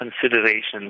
considerations